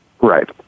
Right